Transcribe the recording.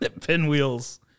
Pinwheels